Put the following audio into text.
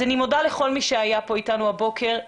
אני מודה לכל מי שהיה כאן אתנו הבוקר.